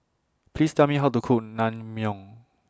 Please Tell Me How to Cook Naengmyeon